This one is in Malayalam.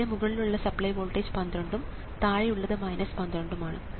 ഇവിടെ മുകളിലുള്ള സപ്ലൈ വോൾട്ടേജ് 12 ഉം താഴെയുള്ളത് 12 ഉം ആണ്